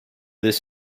this